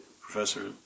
professor